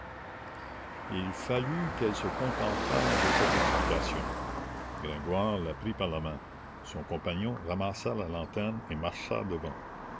il fallut qu'elle se contentât de cette explication gringoire la prit par la main son compagnon ramassa la lanterne et marcha devant